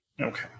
Okay